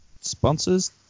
sponsors